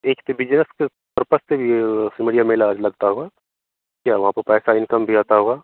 एक तो बिज़नेस के पर्पस से भी सिमरिया मेला लगता होगा या वहाँ पर पैसा इन्कम भी आता होगा